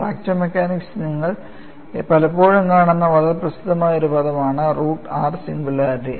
fracture മെക്കാനിക്സിൽ നിങ്ങൾ പലപ്പോഴും കാണുന്ന വളരെ പ്രസിദ്ധമായ ഒരു പദമാണ് റൂട്ട് r സിംഗുലാരിറ്റി